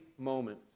moment